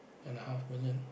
and a half million